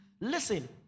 Listen